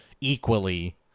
equally